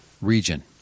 region